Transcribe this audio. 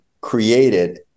created